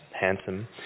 handsome